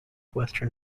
western